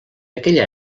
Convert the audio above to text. aquella